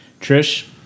Trish